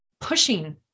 pushing